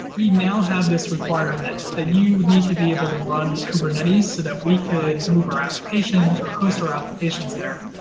we now have this requirement that you need to be able to run kubernetes, so that we could move our applications, or host our applications there.